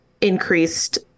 increased